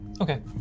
Okay